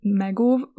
megóv